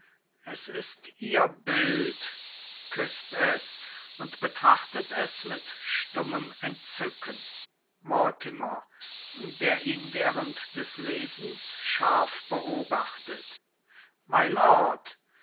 es ist ihr bild küßt es und betrachtet es mit stummem entzücken mortimer der ihn während des lesens scharf beobachtet mylord